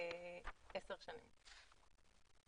10 שנים.